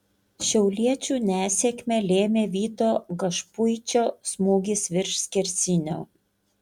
šiauliečių nesėkmę lėmė vyto gašpuičio smūgis virš skersinio